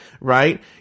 Right